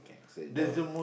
okay so that was the